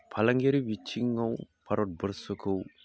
फालांगियारि बिथिङाव भारतबर्सखौ